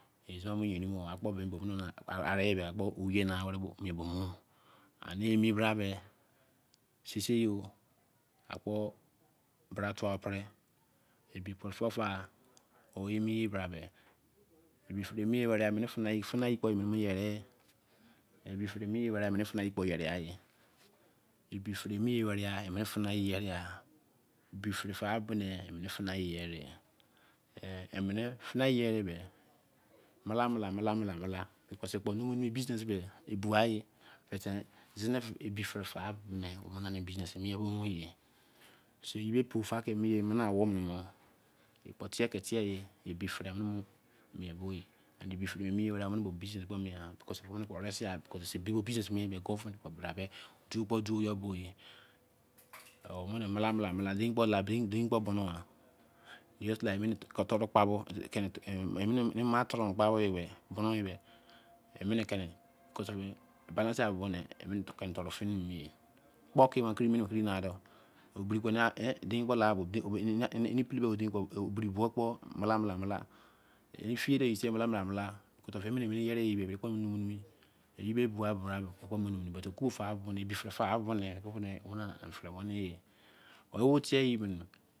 Izon mo yerin mo, akpo buro ene mi bra beh, sisi yo akpk bra fua opere, oyi- fare mi were mene fu- na ye kpo yere ali, ebo- fare mi- were mene fu- na ye yere, funa yere beh mula mula mila- mila, business ebugha ye but ebi business fagha do ye pon fa fu-mi. Keme- kpo rest- ya mena pla- pla kene eforu fini kpoke mene kiri na- doh den kpo tai de dim buo kpo mia mia